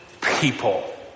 people